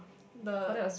the